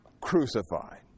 crucified